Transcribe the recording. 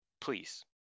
please